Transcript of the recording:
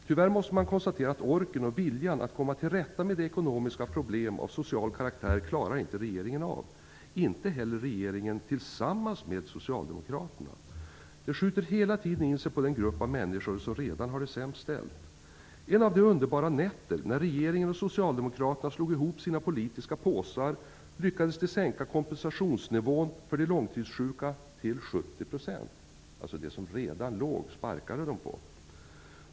Tyvärr måste man konstatera att regeringen inte har orken och viljan att komma till rätta med de ekonomiska problemen av social karaktär -- inte heller regeringen tillsammans med Socialdemokraterna. De skjuter hela tiden in sig på den grupp av människor som redan har det sämst ställt. En av de underbara nätter när regeringen och Socialdemokraterna slog ihop sina politiska påsar lyckades de sänka kompensationsnivån för de långtidssjuka till 70 %. De som redan låg sparkade de på.